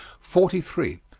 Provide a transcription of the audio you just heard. forty three.